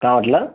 काय म्हटलं